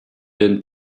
been